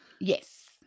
Yes